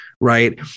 Right